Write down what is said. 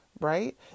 Right